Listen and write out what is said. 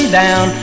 down